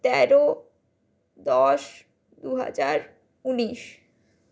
তেরো দশ দু হাজার উনিশ